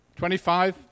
25